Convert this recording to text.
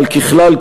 אבל ככלל,